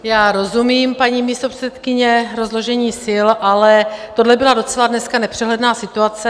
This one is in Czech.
Já rozumím, paní místopředsedkyně, rozložení sil, ale tohle byla docela dneska nepřehledná situace.